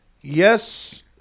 Yes